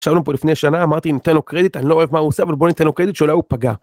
שלום פה לפני שנה אמרתי נותן לו קרדיט אני לא אוהב מה הוא עושה אבל בוא ניתן לו קרדיט שאולי הוא פגע.